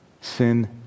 Sin